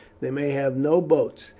they may have no boats,